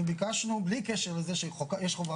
וביקשנו בלי קשר לזה שיש חובה,